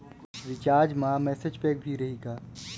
Recharge मा message pack भी रही का?